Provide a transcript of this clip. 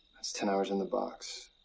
that's ten hours in the box.